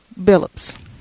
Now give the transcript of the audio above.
Billups